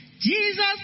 Jesus